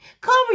Cover